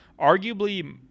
arguably